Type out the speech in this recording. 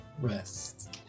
rest